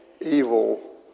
evil